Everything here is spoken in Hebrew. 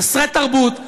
חסרי תרבות,